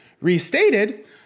Restated